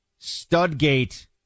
Studgate